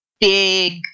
big